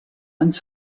anys